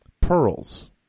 pearls